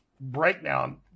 breakdown